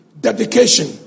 Dedication